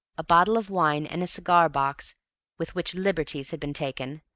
a bottle of wine and a cigar-box with which liberties had been taken,